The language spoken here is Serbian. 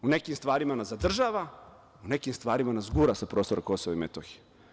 U nekim stvarima nas zadržava, u nekim stvarima nas gura sa prostora KiM.